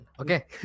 Okay